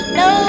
no